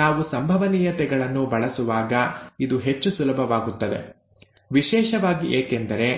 ನಾವು ಸಂಭವನೀಯತೆಗಳನ್ನು ಬಳಸುವಾಗ ಇದು ಹೆಚ್ಚು ಸುಲಭವಾಗುತ್ತದೆ ವಿಶೇಷವಾಗಿ ಏಕೆಂದರೆ